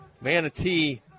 Manatee